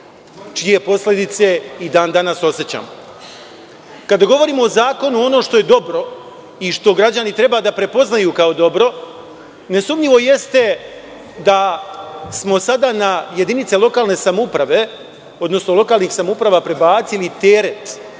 čije posledice i dan danas osećamo. Kada govorimo o zakonu, ono što je dobro i što građani trebaju da prepoznaju kao dobro jeste da smo sada na jedinice lokalne samouprave odnosno lokalnih samouprava prebacili teret